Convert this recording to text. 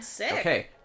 okay